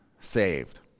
saved